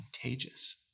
contagious